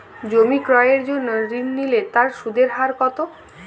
জমি ক্রয়ের জন্য ঋণ নিলে তার সুদের হার কতো?